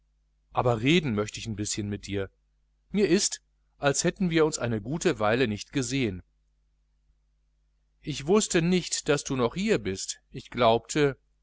aber reden möcht ich n bischen mit dir mir ist als hätten wir uns eine gute weile nicht gesehen ich wußte nicht daß du noch hier bist ich glaubte